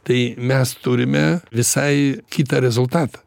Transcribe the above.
tai mes turime visai kitą rezultatą